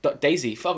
Daisy